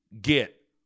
get